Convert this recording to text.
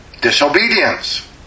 Disobedience